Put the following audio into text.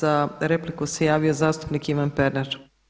Za repliku se javio zastupnik Ivan Pernar.